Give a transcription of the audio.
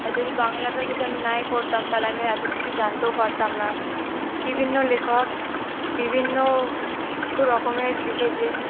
আর যদি বাংলাটা যদি আমি নাই পড়তাম তাহলে আমি এতো কিছু জানতেও পারতাম না বিভিন্ন লেখক বিভিন্ন রকমের লিখেছে